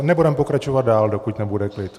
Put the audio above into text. Nebudeme pokračovat dál, dokud nebude klid.